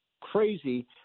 crazy